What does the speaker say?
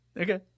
Okay